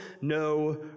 no